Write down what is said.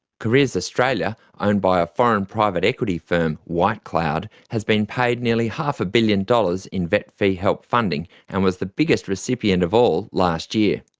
careers australia, owned by a foreign private equity firm white cloud, has been paid nearly half a billion dollars in vet fee-help funding and was the biggest recipient of all last year.